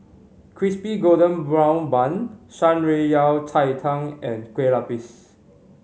Crispy Golden Brown Bun Shan Rui Yao Cai Tang and Kueh Lapis